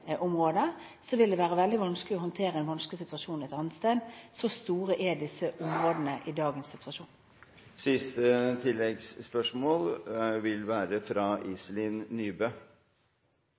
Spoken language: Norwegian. det være veldig vanskelig å håndtere en vanskelig situasjon et annet sted – så store er disse områdene i dagens situasjon.